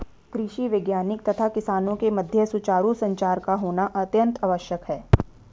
कृषि वैज्ञानिक तथा किसानों के मध्य सुचारू संचार का होना अत्यंत आवश्यक है